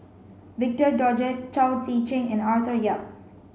victor Doggett Chao Tzee Cheng and Arthur Yap